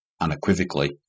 unequivocally